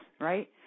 right